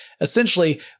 essentially